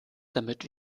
damit